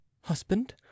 Husband